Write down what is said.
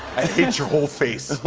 i hate your whole face.